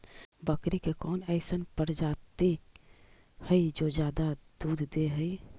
बकरी के कौन अइसन प्रजाति हई जो ज्यादा दूध दे हई?